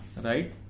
right